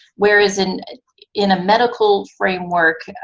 whereas in ah in a medical framework,